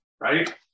right